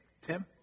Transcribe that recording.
Tim